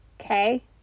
okay